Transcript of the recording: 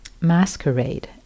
masquerade